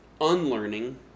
unlearning